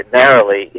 narrowly